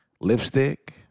lipstick